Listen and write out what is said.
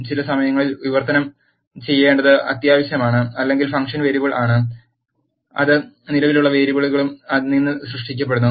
ചില സമയങ്ങളിൽ വിവർത്തനം ചെയ്യേണ്ടത് അത്യാവശ്യമാണ് അല്ലെങ്കിൽ ഫംഗ്ഷൻ വേരിയബിൾ ആണ് അത് നിലവിലുള്ള വേരിയബിളുകളിൽ നിന്ന് സൃഷ്ടിക്കപ്പെടുന്നു